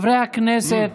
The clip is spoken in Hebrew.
הכנסת,